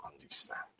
understand